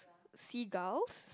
seagulls